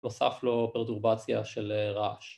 ‫נוסף לו פרדורבציה של רעש.